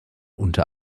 unter